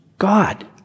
God